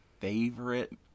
favorite